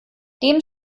dem